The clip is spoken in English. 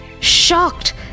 Shocked